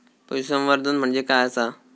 पशुसंवर्धन म्हणजे काय आसा?